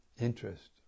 interest